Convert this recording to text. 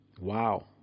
Wow